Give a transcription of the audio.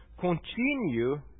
Continue